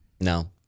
No